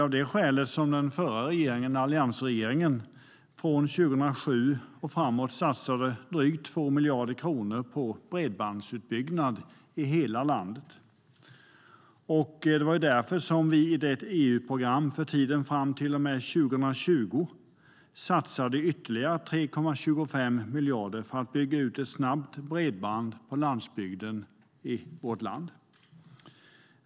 Av det skälet satsade alliansregeringen från 2007 och framåt drygt 2 miljarder kronor på bredbandsutbyggnad i hela landet. Därför satsade vi, i EU-programmet för tiden fram till och med 2020, ytterligare 3,25 miljarder för att bygga ut snabbt bredband på landsbygden.